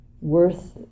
worth